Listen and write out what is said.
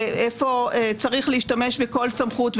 ואיפה צריך להשתמש בכל סמכות,